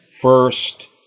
first